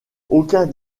aucun